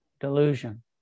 delusion